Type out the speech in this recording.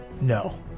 No